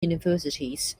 universities